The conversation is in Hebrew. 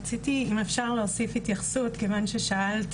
גברתי אם אפשר להוסיף התייחסות כיוון ששאלת